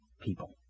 people